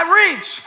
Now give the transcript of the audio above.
reach